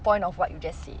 point of what you just said